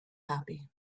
happy